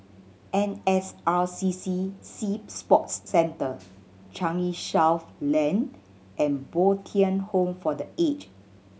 N S R C C Sea Sports Centre Changi South Lane and Bo Tien Home for The Aged